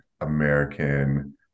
American